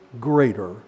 greater